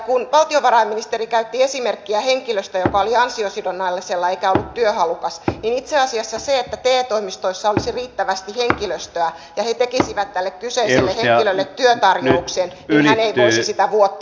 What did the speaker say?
kun valtiovarainministeri käytti esimerkkiä henkilöstä joka oli ansiosidonnaisella eikä ollut työhalukas niin itse asiassa jos te toimistoissa olisi riittävästi henkilöstöä ja he tekisivät tälle kyseiselle henkilölle työtarjouksen niin hän ei voisi sitä vuotta odottaa